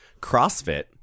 CrossFit